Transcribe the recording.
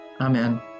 amen